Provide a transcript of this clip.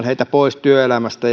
heitä työelämästä